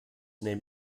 name